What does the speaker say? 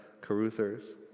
Caruthers